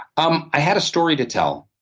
um i had a story to tell.